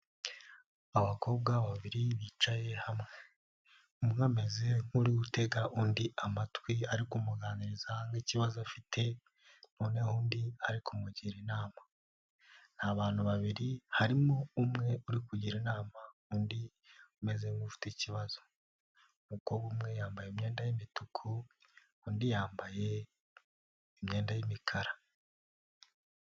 Abakobwa babiri bicaye hamwe, umwe ameze nk'uri gutega undi amatwi ari kumuganiriza nk'ikibazo afite, noneho undi ari kumugira inama, ni bantu babiri harimo umwe uri kugira inama undi umeze nk'ufite ikibazo, umukobwa umwe yambaye imyenda y'imituku, undi yambaye imyenda y'imikara.